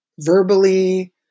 verbally